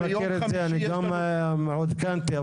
אני גם עודכנתי,